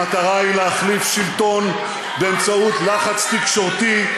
המטרה היא להחליף שלטון באמצעות לחץ תקשורתי,